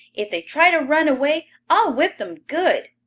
if they try to run away, i'll whip them good.